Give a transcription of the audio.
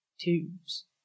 tubes